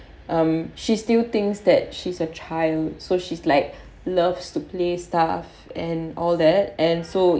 um she still thinks that she's a child so she's like loves to play stuff and all that and so